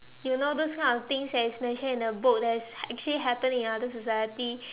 you know those kind of things that is mentioned in the book that is actually happen in other society